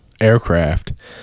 aircraft